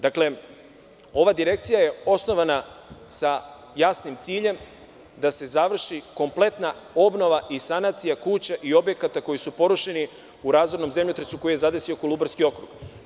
Dakle, ova direkcija je osnovana sa jasnim ciljem da se završi kompletna obnova i sanacija kuća i objekata koji su porušeni u razornom zemljotresu koji je zadesio Kolubarski okrug.